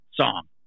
song